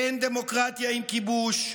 אין דמוקרטיה עם כיבוש,